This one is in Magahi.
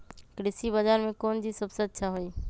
कृषि बजार में कौन चीज सबसे अच्छा होई?